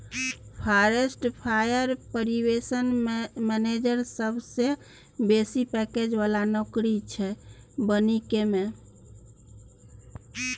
forest fire prevention manager सबसँ बेसी package बला नौकरी छै बानिकी मे